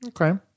Okay